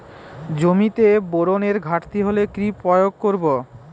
জমিতে বোরনের ঘাটতি হলে কি প্রয়োগ করব?